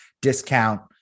discount